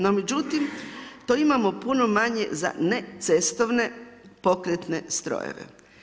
No međutim, to imamo puno manje za ne cestovne pokretne strojeve.